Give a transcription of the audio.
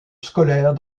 scolaire